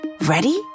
Ready